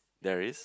there is